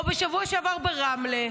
או בשבוע שעבר ברמלה,